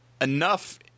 enough